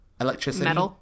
electricity